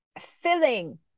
filling